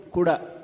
Kuda